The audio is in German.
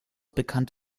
bekannt